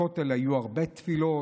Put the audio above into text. בכותל היו הרבה תפילות,